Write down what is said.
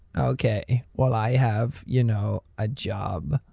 ok well i have, you know, a job.